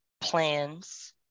plans